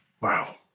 Wow